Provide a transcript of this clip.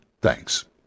Thanks